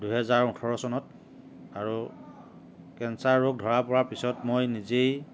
দুহেজাৰ ওঠৰ চনত আৰু কেঞ্চাৰ ৰোগ ধৰা পৰাৰ পিছত মই নিজেই